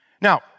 Now